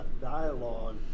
dialogue